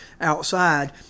outside